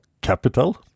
capital